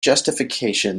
justification